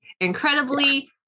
incredibly